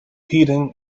heating